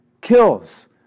kills